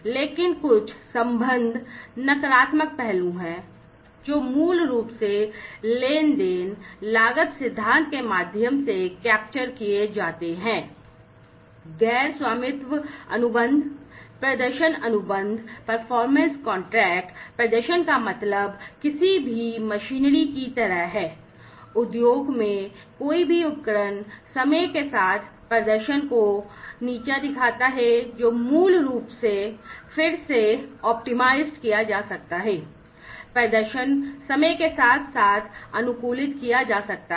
लेकिन कुछ संबद्ध नकारात्मक पहलू हैं जो मूल रूप से लेनदेन लागत सिद्धांत के माध्यम से कैप्चर किए जाते हैं गैर स्वामित्व अनुबंध किया जा सकता है प्रदर्शन समय के साथ साथ अनुकूलित किया जा सकता है